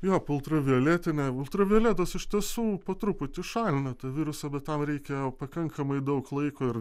jo ultravioletinę ultravioletas iš tiesų po truputį šalina tą virusą bet tam reikia pakankamai daug laiko ir